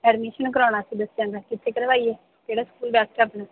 admission ਕਰਵਾਉਣਾ ਸੀ ਬੱਚਿਆਂ ਦਾ ਕਿੱਥੇ ਕਰਵਾਈਏ ਕਿਹੜਾ ਸਕੂਲ ਬੈਸਟ ਆ ਆਪਣੇ